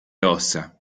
ossa